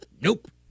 Nope